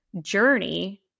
journey